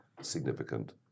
significant